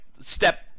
step